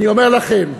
אני אומר לכם,